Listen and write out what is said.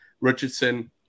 Richardson